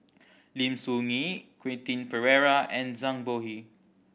Lim Soo Ngee Quentin Pereira and Zhang Bohe